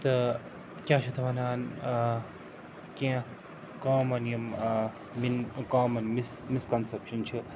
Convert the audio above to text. تہٕ کیٛاہ چھِ اَتھ وَنان کیٚنٛہہ کامَن یِم کامَن مِس مِسکَنسٮ۪پشَن چھِ